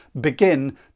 begin